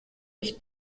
ich